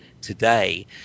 today